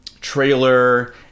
trailer